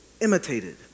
imitated